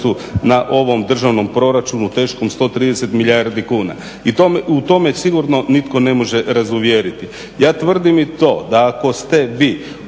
na ovom državnom proračunu teškom 130 milijardi kuna i u to me sigurno nitko ne može razuvjeriti. Ja tvrdim i to da ako ste vi